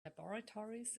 laboratories